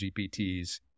GPTs